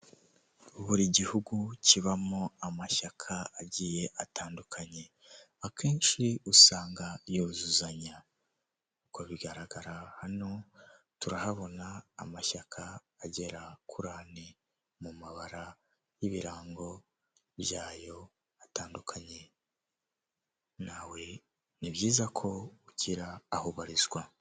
Tagisi vuwatire yo mu bwoko bwa yego kabusi ushobora guhamagara iriya nimero icyenda rimwe icyenda rimwe ikaza ikagutwara aho waba uherereye hose kandi batanga serivisi nziza n'icyombaziho .